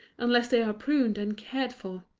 unless they are pruned and cared for?